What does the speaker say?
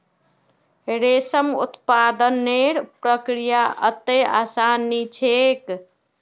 रेशम उत्पादनेर प्रक्रिया अत्ते आसान नी छेक